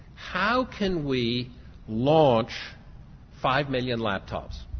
how can we launch five million laptops?